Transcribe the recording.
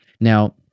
Now